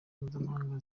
mpuzamahanga